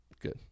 Good